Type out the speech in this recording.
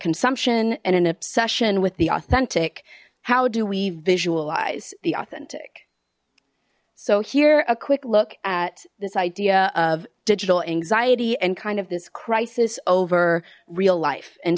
consumption and an obsession with the authentic how do we visualize the authentic so here a quick look at this idea of digital anxiety and kind of this crisis over real life and